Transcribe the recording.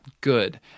good